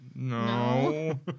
No